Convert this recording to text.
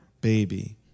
baby